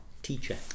teacher